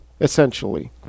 essentially